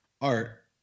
art